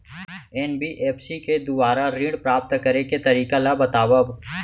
NBFC के दुवारा ऋण प्राप्त करे के तरीका ल बतावव?